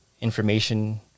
information